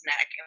neck